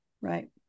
Right